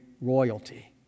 royalty